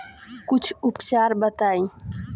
कुछ उपचार बताई?